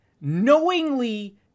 knowingly